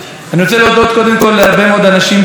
אני רוצה גם להודות למאות האנשים שבאו להשתתף